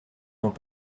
n’ont